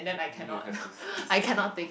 then you have to skip swimming